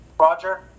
Roger